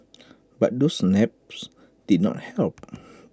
but those naps did not help